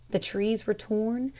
the trees were torn,